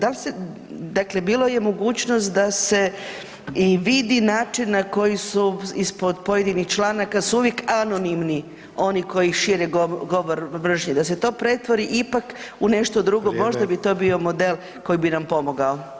Dal se, dakle bilo je mogućnost da se i vidi način na koji su ispod pojedinih članaka su uvijek anonimni oni koji šire govor mržnje, da se to pretvori ipak u nešto drugo [[Upadica: Vrijeme]] možda bi to bio model koji bi nam pomogao.